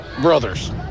brothers